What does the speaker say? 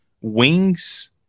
wings